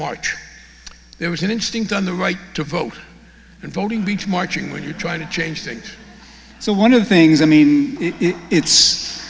march there was an instinct on the right to vote and voting beach marching when you're trying to change things so one of the things i mean it